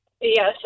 Yes